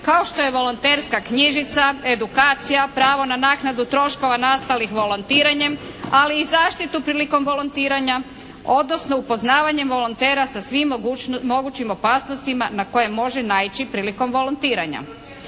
kao što je volonterska knjižica, edukacija, pravo na naknadu troškova nastalih volontiranjem, ali i zaštitu prilikom volontiranja, odnosno upoznavanjem volontera sa svim mogućim opasnostima na koje može naići prilikom volontiranja.